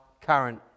current